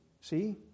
see